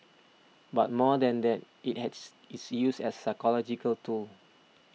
but more than that it has its use as a psychological tool